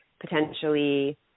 potentially